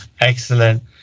excellent